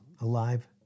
alive